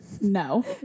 No